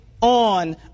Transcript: on